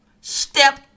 Step